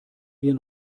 wir